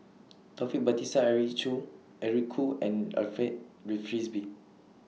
Taufik Batisah Eric Chew Eric Khoo and Alfred Read Frisby